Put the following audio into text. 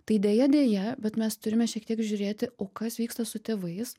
tai deja deja bet mes turime šiek tiek žiūrėti o kas vyksta su tėvais